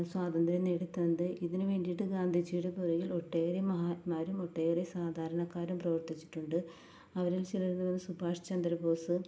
സ്വാതന്ത്ര്യം നേടി തന്നത് ഇതിനു വേണ്ടീട്ട് ഗാന്ധിജിയുടെ പുറകില് ഒട്ടേറെ മഹാത്മാരും ഒട്ടേറെ സാധാരണക്കാരും പ്രവര്ത്തിച്ചിട്ടുണ്ട് അവരിൽ ചിലര് സുഭാഷ് ചന്ദ്രബോസ്